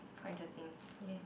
quite interesting